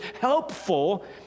helpful